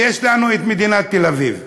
ויש לנו מדינת תל-אביב,